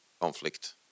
conflict